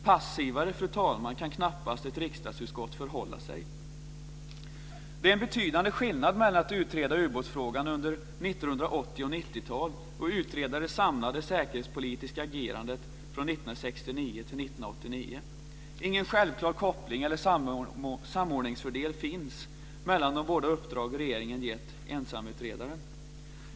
Passivare kan knappast ett riksdagsutskott förhålla sig. Fru talman! Det är en betydande skillnad mellan att utreda ubåtsfrågan under 1980 och 90-tal och att utreda det samlade säkerhetspolitiska agerandet från 1969 till 1989. Ingen självklar koppling eller samordningsfördel finns mellan de båda uppdrag regeringen gett ensamutredaren.